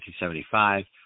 1975